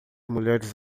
mulheres